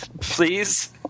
Please